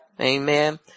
Amen